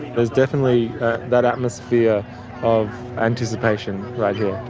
there's definitely that atmosphere of anticipation right here,